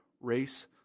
Race